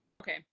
Okay